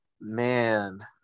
Man